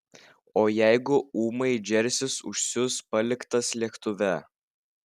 o jeigu ūmai džersis užsius paliktas lėktuve